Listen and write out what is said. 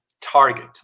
target